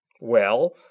Well